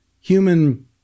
human